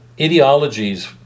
ideologies